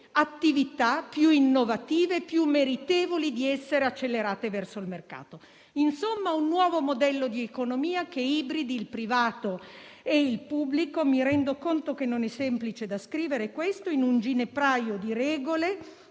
attività più innovative, più meritevoli di essere accelerate verso il mercato. Insomma, un nuovo modello di economia che ibridi il privato e il pubblico. Mi rendo conto che non è semplice da scrivere, in un ginepraio di regole